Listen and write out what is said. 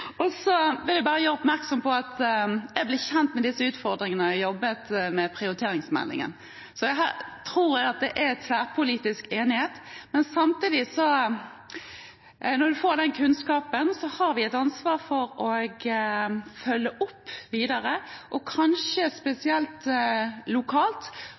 Så vil jeg bare gjøre oppmerksom på at jeg ble kjent med disse utfordringene da jeg jobbet med prioriteringsmeldingen. Jeg tror det er tverrpolitisk enighet, men samtidig, når vi får den kunnskapen, har vi et ansvar for å følge opp videre, og kanskje spesielt lokalt,